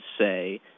say